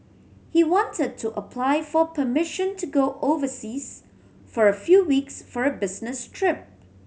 he wanted to apply for permission to go overseas for a few weeks for a business trip